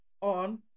on